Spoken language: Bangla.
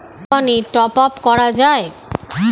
অনলাইনের মাধ্যমে কি সমস্ত কোম্পানির টপ আপ করা যায়?